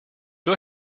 loi